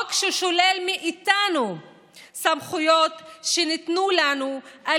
חוק ששולל מאיתנו סמכויות שניתנו לנו על